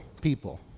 people